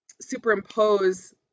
superimpose